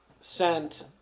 sent